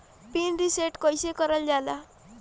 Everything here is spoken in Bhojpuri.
पीन रीसेट कईसे करल जाला?